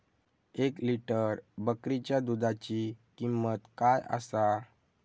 एक लिटर बकरीच्या दुधाची किंमत काय आसा?